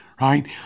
right